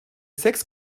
sechs